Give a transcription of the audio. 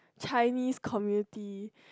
Chinese community